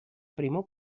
primo